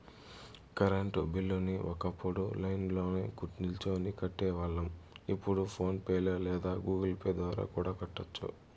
current బిల్లుని ఒకప్పుడు లైన్ల్నో నిల్చొని కట్టేవాళ్ళం, ఇప్పుడు ఫోన్ పే లేదా గుగుల్ పే ద్వారా కూడా కట్టొచ్చు